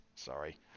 Sorry